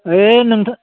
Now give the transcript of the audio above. ओइ नोंथ'